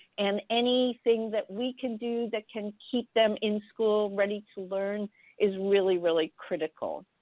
and anything that we can do that can keep them in school ready to learn is really, really critical.